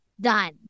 Done